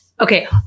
okay